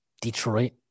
Detroit –